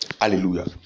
hallelujah